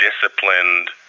disciplined